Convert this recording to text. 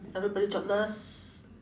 everybody jobless